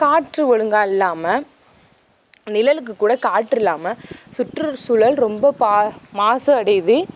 காற்று ஒழுங்காக இல்லாமல் நிழலுக்கு கூட காற்று இல்லாமல் சுற்றுசூழல் ரொம்ப மாசு அடையுது